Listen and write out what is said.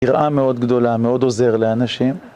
היראה מאוד גדולה, מאוד עוזר לאנשים